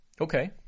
Okay